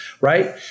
right